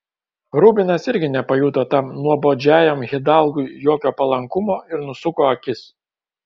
rubinas irgi nepajuto tam nuobodžiajam hidalgui jokio palankumo ir nusuko akis